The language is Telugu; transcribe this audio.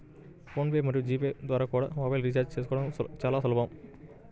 ఫోన్ పే మరియు జీ పే ద్వారా కూడా మొబైల్ రీఛార్జి చేసుకోవడం చాలా సులభం